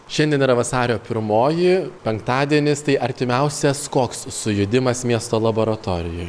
šiandien yra vasario pirmoji penktadienis tai artimiausias koks sujudimas miesto laboratorijoj